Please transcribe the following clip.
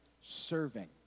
serving